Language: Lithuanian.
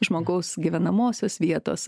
žmogaus gyvenamosios vietos